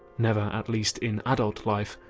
never at least in adult life,